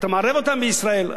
אתה מערב אותם בישראל.